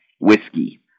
whiskey